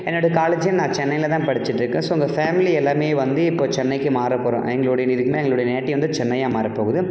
என்னோடய காலேஜு நான் சென்னையில் தான் படிச்சுகிட்ருக்கேன் ஸோ எங்கள் ஃபேமிலி எல்லாமே வந்து இப்போ சென்னைக்கு மாறப் போகிறோம் எங்களுடைய இதுக்கு மேல் எங்களுடைய நேட்டிவ் வந்து சென்னையாக மாறப் போகுது